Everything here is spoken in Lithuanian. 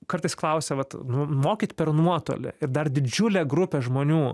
kartais klausia vat nu mokyt per nuotolį ir dar didžiulę grupę žmonių